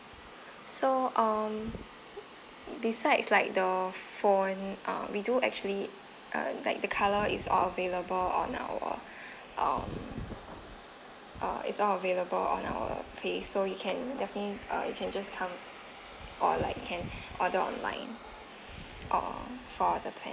so um beside like the phone uh we do actually uh like the colour is all available on our um uh it's all available on our page so you can definitely so you can just come or like can order online or for the plan